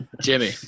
Jimmy